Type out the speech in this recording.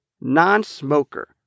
non-smoker